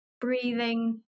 breathing